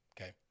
okay